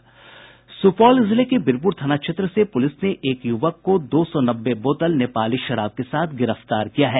सुपौल जिले के वीरपुर थाना क्षेत्र से पुलिस ने एक युवक को दो सौ नब्बे बोतल नेपाली शराब के साथ गिरफ्तार किया है